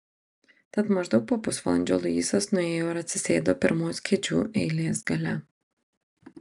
tad maždaug po pusvalandžio luisas nuėjo ir atsisėdo pirmos kėdžių eilės gale